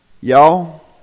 Y'all